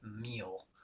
meal